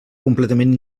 completament